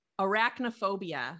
arachnophobia